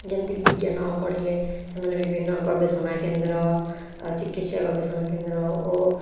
ଯେମିତିକି ବିଜ୍ଞାନ ପଢ଼ିଲେ ସେମାନେ ବିଭିନ୍ନ ଗବେଷଣା କେନ୍ଦ୍ର ଚିକିତ୍ସା ଗବେଷଣା କେନ୍ଦ୍ର ଓ